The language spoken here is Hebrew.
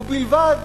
ובלבד,